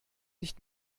nicht